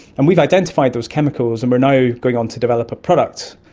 and we've identified those chemicals and we're now going on to develop a product,